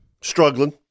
struggling